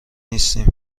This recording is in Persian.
نیستیم